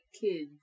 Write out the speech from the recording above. kids